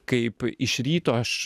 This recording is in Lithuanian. kaip iš ryto aš